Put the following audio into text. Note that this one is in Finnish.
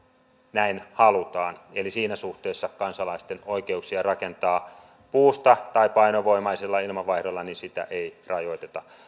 näin halutaan eli siinä suhteessa kansalaisten oikeuksia rakentaa puusta tai painovoimaisella ilmanvaihdolla ei rajoiteta mutta